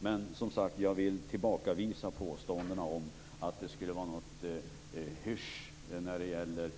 Jag vill som sagt tillbakavisa påståendena om att det skulle vara något hysch-hysch när det gäller